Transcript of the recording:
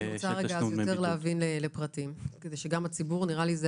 אני רוצה רגע יותר להבין לפרטים כדי שגם הציבור נראה לי אלה